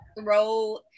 throw